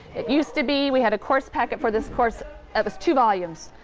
it used to be we had a course packet for this course that was two volumes,